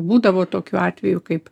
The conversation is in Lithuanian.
būdavo tokių atvejų kaip